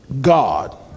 God